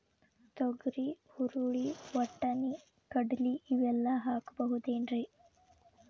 ತೊಗರಿ, ಹುರಳಿ, ವಟ್ಟಣಿ, ಕಡಲಿ ಇವೆಲ್ಲಾ ಹಾಕಬಹುದೇನ್ರಿ?